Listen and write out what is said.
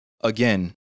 again